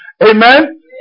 Amen